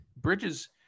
Bridges